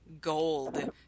gold